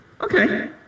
Okay